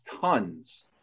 tons